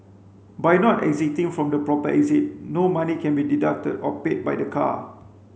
by not exiting from the proper exit no money can be deducted or paid by the car